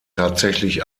tatsächlich